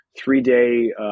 three-day